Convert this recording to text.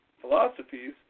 philosophies